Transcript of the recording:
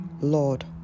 Lord